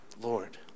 Lord